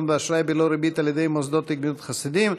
באשראי בלא ריבית על ידי מוסדות לגמילות חסדים,